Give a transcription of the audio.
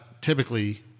typically